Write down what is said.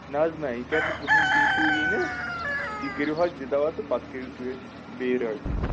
نہ حظ نہ یہِ کَرِ نہٕ کٕہٕنۍ تہِ اِشوٗ یی نہٕ تُہۍ کٔرِو حظ یہِ دَوا تہٕ پَتہٕ کٔرِو تُہۍ اَسہِ بیٚیہِ رٲبطہٕ